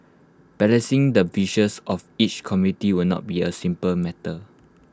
balancing the wishes of each community will not be A simple matter